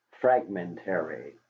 Fragmentary